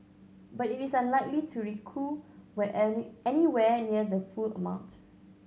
but it is unlikely to recoup anywhere near the full amount